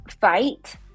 fight